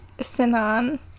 Sinan